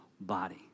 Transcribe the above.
body